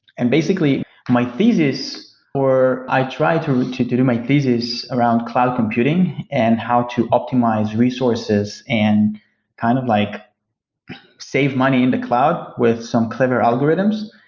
and basically my thesis or i tried to to do my thesis around cloud computing and how to optimize resources and kind of like save money in the cloud with some clever algorithms.